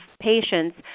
patients